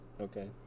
Okay